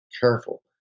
careful